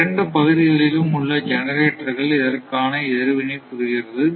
இரண்டு பகுதிகளிலும் உள்ள ஜெனரேட்டர்கள் இதற்கான எதிர்வினை புரிகிறது